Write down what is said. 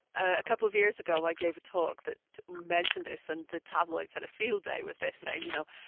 a couple of years ago i gave a talk that mentioned this, and the tabloids had a field day with this saying, you know,